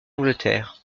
angleterre